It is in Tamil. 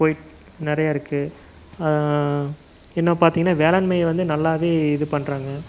போய் நிறைய இருக்குது இன்னும் பார்த்தீங்கன்னா வேளாண்மை வந்து நல்லாவே இது பண்ணுறாங்க